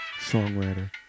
songwriter